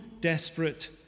desperate